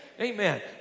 Amen